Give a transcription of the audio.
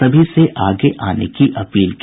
सभी से आगे आने की अपील की